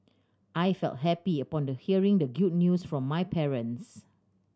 I felt happy upon the hearing the good news from my parents